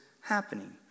happening